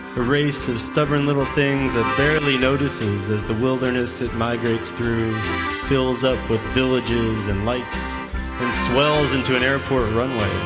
race of stubborn little things that barely notices as the wilderness it migrates through fills up with villages and lights swells into an airport runway.